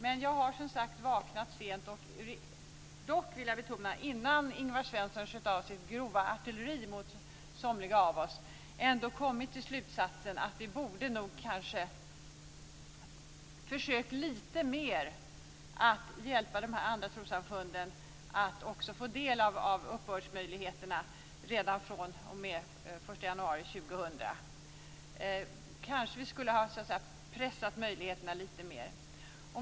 Men jag har, som sagt var, vaknat sent - dock, vill jag betona, innan Ingvar Svensson sköt med sitt grova artilleri mot somliga av oss - och kommit till slutsatsen att vi kanske borde ha försökt hjälpa de andra trossamfunden lite mer att också få del av uppbördsmöjligheterna redan fr.o.m. den 1 januari 2000. Kanske vi skulle ha pressat möjligheterna lite mer.